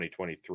2023